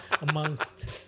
amongst